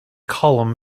column